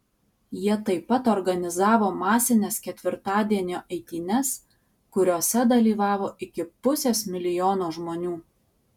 jie taip pat organizavo masines ketvirtadienio eitynes kuriose dalyvavo iki pusės milijono žmonių